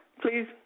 please